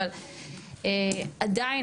אבל עדיין,